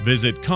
Visit